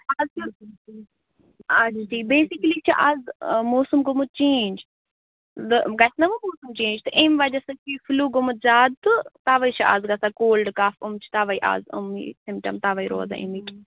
آچھا ٹھیٖک بیسِکٔلی چھِ آز موسَم گوٚمُت چینٛج دٕ گژھِ نَہ وَ موسَم چینٛج تہٕ اَمۍ وَجہ سۭتۍ چھِ یہِ فِلیوٗ گوٚمُت زیادٕ تہٕ تَوَے چھِ آز گژھان کولڈٕ کَف یِم چھِ تَوَے آز یِم نٕے اَز سِمٹَم تَوَے روزان اَمِکۍ